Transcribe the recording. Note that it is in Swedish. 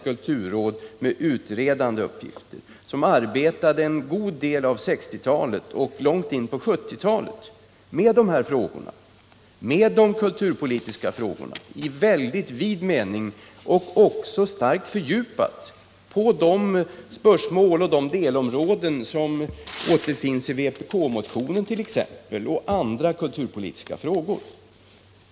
Kulturrådet arbetade under en god del av 1960-talet och långt in på 1970-talet med de kulturpolitiska frågorna i mycket vid mening. Arbetet var bl.a. starkt inriktat på de spörsmål och delområden som berörs i vpk-motionen, och man tog även upp andra kulturpolitiska frågor.